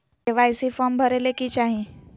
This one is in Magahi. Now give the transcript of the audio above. के.वाई.सी फॉर्म भरे ले कि चाही?